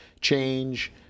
change